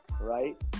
right